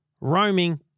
roaming